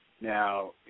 Now